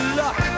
luck